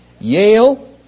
Yale